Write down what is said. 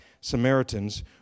Samaritans